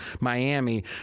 Miami